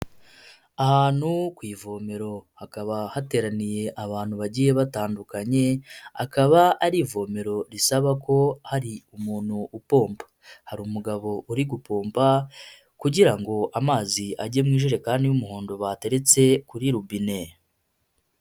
Ahantu ku ivomero hakaba hateraniye abantu bagiye batandukanye, akaba ari ivomero risaba ko hari umuntu upomba, hari umugabo uri gupomba kugira ngo amazi ajye mu ijerekani y'umuhondo bateretse kuri robine.